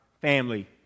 family